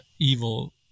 evil